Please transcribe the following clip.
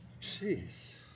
Jeez